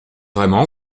vraiment